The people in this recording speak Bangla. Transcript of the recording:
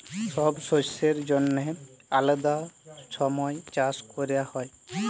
ছব শস্যের জ্যনহে আলেদা ছময় চাষ ক্যরা হ্যয়